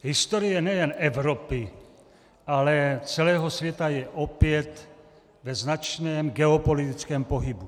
Historie nejen Evropy, ale celého světa je opět ve značném geopolitickém pohybu.